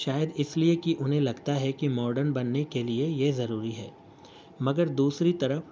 شاید اس لیے کہ انہیں لگتا ہے کہ ماڈرن بننے کے لیے یہ ضروری ہے مگر دوسری طرف